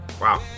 Wow